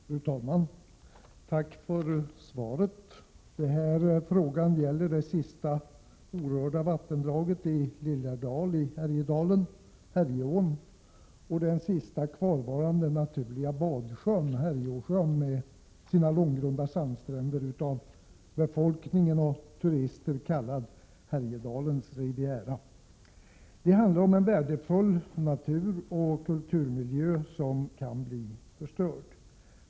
Fru talman! Tack för svaret på min fråga. Den här frågan gäller det sista orörda vattendraget i Lillhärdal i Härjedalen, Härjeån, och den sista kvarvarande naturliga badsjön, Härjeåsjön, med sina långgrunda sandstränder, av befolkning och turister kallad Härjedalens riviera. Det handlar om en värdefull naturoch kulturmiljö, som kan bli förstörd.